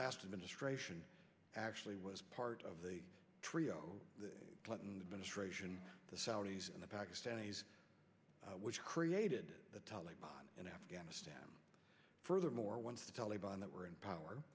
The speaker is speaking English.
last administration actually was part of the trio the clinton administration the saudis and the pakistanis which created the taliban in afghanistan furthermore once the taliban that were in power